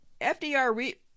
FDR